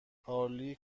پارلی